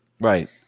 Right